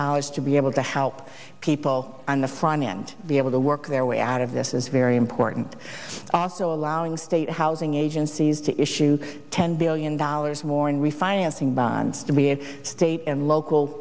dollars to be able to help people on the front end be able to work their way out of this is very important also allowing state housing agencies to issue ten billion dollars more in refinancing bonds to be in state and local